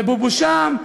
ובובו שם,